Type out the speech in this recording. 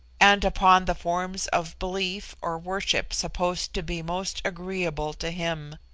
and upon the forms of belief or worship supposed to be most agreeable to him.